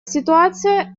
ситуация